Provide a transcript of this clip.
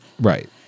Right